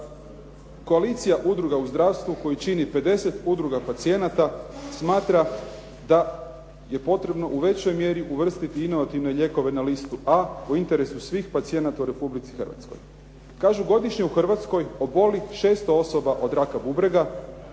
koalicija udruga u zdravstvu koji čini 50 udruga pacijenata smatra da je potrebno u većoj mjeri uvrstiti inovativne lijekove na listu a, u interesu svih pacijenata u Republici Hrvatskoj. Kažu, godišnje u Hrvatskoj oboli 600 osoba od raka bubrega